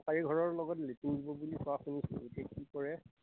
চাৰী ঘৰৰ লগত বুলি কোৱা শুনিছিলোঁ সেই কি কৰে